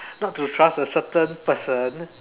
not to trust a certain person